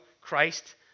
Christ